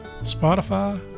Spotify